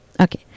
Okay